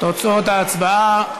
תוצאות ההצבעה: